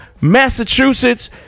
Massachusetts